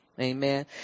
Amen